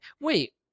Wait